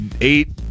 eight